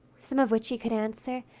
some of which he could answer,